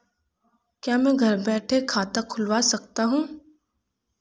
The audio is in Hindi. क्या मैं घर बैठे खाता खुलवा सकता हूँ?